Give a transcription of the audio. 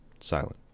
silent